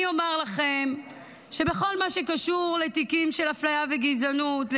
אני אומר לכם שבכל מה שקשור לתיקים של אפליה וגזענות,